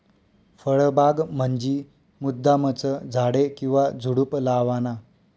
फळबाग म्हंजी मुद्दामचं झाडे किंवा झुडुप लावाना